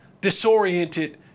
disoriented